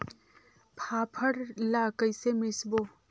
फाफण ला कइसे मिसबो?